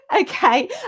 Okay